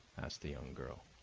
asked the young girl.